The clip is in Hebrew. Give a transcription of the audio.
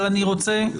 יש